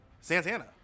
Santana